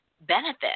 benefit